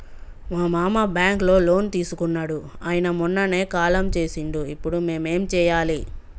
మా మామ బ్యాంక్ లో లోన్ తీసుకున్నడు అయిన మొన్ననే కాలం చేసిండు ఇప్పుడు మేం ఏం చేయాలి?